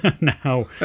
Now